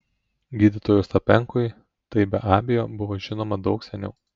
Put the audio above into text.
gydytojui ostapenkai tai be abejo buvo žinoma daug seniau